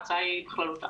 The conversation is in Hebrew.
ההצעה היא בכללותה.